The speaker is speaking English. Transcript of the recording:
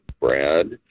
Brad